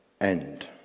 end